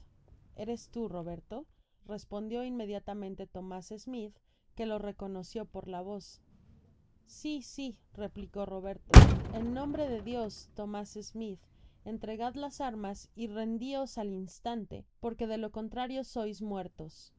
eres tú roberto respondió inmediatamente tomás smith que lo reconoció por la voz s sí replicó roberto en nombre de dios tomás smith entregad las armas y rendios al instante porque de lo contrario sois muertos